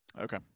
Okay